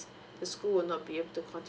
the school will not be able to continue